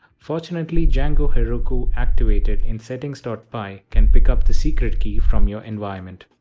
fortunately django-heroku activated in settings py can pick up the secret key from your environment.